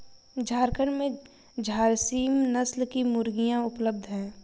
झारखण्ड में झारसीम नस्ल की मुर्गियाँ उपलब्ध है